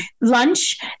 lunch